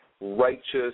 righteous